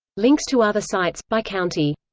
links to other sites, by county